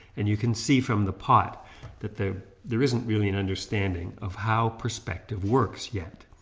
and you can see from the pot that there there isn't really an understanding of how perspective works yet,